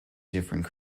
different